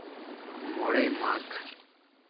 ᱢᱚᱬᱮ ᱢᱟᱜᱽ